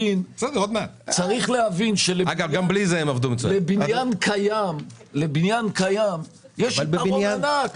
צריך להבין לבניין קיים יש יתרון ענק.